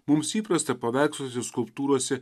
mums įprasta paveiksluose skulptūrose